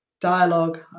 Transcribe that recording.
dialogue